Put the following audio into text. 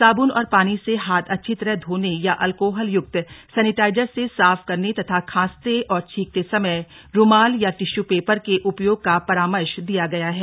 साबन और पानी से हाथ अच्छी तरह धोने या अल्कोहल यक्त सेनिटाइजर से साफ करने तथा खांसते और छींकते समय रूमाल या टिश्यू पेपर के उपयोग का परामर्श दिया गया है